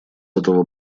этого